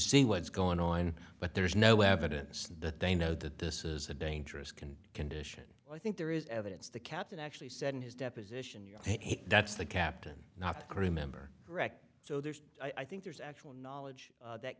see what's going on but there's no evidence that they know that this is a dangerous can condition i think there is evidence the captain actually said in his deposition you're that's the captain not remember correctly so there's i think there's actual knowledge that